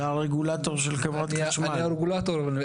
אתה הרגולטור של חברת